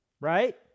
Right